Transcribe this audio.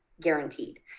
guaranteed